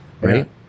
right